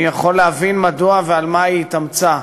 אני יכול להבין מדוע ועל מה היא התאמצה.